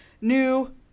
New